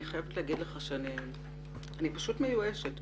אני חייבת לומר שאני פשוט מיואשת,